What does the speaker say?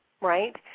right